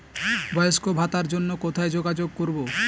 বয়স্ক ভাতার জন্য কোথায় যোগাযোগ করব?